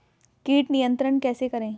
कीट नियंत्रण कैसे करें?